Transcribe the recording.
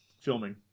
filming